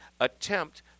attempt